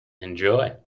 Enjoy